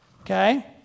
Okay